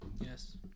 Yes